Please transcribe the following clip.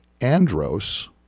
Andros